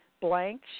blank